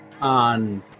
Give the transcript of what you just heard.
on